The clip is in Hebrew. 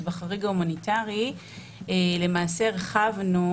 אז בחריג ההומניטרי למעשה הרחבנו,